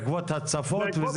בעקבות הצפות?